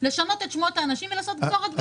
לשנות את שמות האנשים ולעשות "גזור-הדבק".